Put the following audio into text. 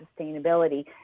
sustainability